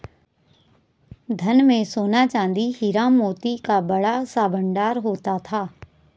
धन में सोना, चांदी, हीरा, मोती का बड़ा सा भंडार होता था